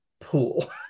pool